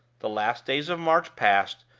the last days of march passed,